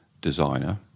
designer